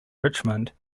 richmond